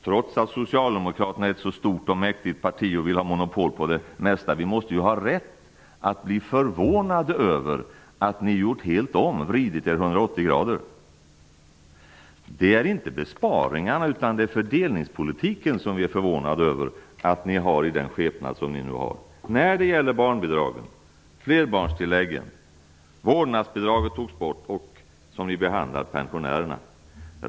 Trots att Socialdemokraterna är ett så stort och mäktigt parti och vill ha monopol på det mesta, måste vi ju ha rätt att bli förvånade över att ni gjort helt om, dvs. vridit er från Det är inte besparingarna som vi är förvånade över utan över den skepnad som ni har för fördelningspolitiken när det gäller barnbidragen, flerbarnstilläggen, vårdnadsbidraget - som togs bort - och det sätt som ni behandlat pensionärerna.